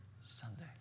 Sunday